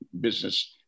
business